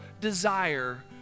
desire